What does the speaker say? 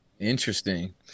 interesting